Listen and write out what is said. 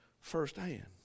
firsthand